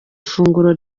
ifunguro